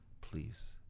please